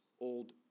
old